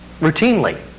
routinely